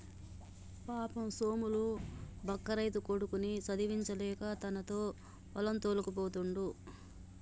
పాపం సోములు బక్క రైతు కొడుకుని చదివించలేక తనతో పొలం తోల్కపోతుండు